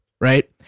Right